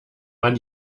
man